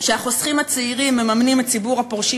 שהחוסכים הצעירים מממנים את ציבור הפורשים